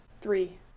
three